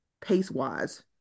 pace-wise